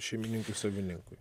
šeimininkui savininkui